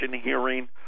hearing